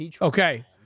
Okay